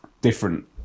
different